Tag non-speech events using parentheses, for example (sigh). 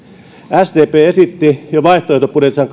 sdp esitti jo kaksituhattaseitsemäntoista vaihtoehtobudjetissaan (unintelligible)